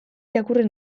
irakurri